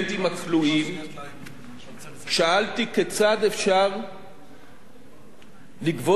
שאלתי כיצד אפשר לגבות את הכספים האלה למען מדינת ישראל.